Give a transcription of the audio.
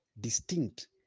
distinct